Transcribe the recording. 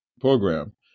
program